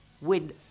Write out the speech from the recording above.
Win